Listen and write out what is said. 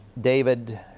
David